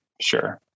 sure